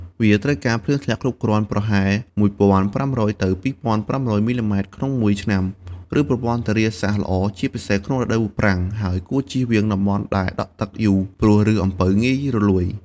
វាត្រូវការ ភ្លៀងធ្លាក់គ្រប់គ្រាន់ ប្រហែល ១៥០០ ទៅ ២៥០០ មិល្លីម៉ែត្រក្នុងមួយឆ្នាំ ឬប្រព័ន្ធធារាសាស្ត្រល្អ ជាពិសេសក្នុងរដូវប្រាំង ហើយគួរចៀសវាងតំបន់ដែលដក់ទឹកយូរ ព្រោះឫសអំពៅងាយរលួយ។